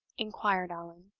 inquired allan.